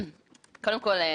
כפי שכבר נאמר פה.